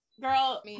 Girl